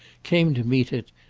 came to meet it,